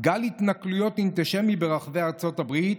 גל התנכלויות אנטישמי ברחבי ארצות הברית,